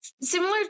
Similar